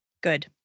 Good